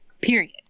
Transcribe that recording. Period